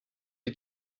die